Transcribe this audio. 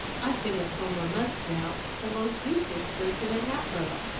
i've been at home a month now, the most useless person in hatboro'.